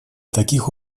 таких